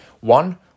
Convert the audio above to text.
one